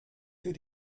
für